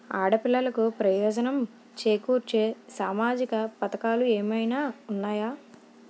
ఆడపిల్లలకు ప్రయోజనం చేకూర్చే సామాజిక పథకాలు ఏమైనా ఉన్నాయా?